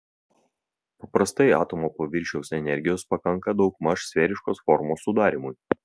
paprastai atomo paviršiaus energijos pakanka daugmaž sferiškos formos sudarymui